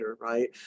right